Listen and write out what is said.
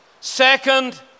second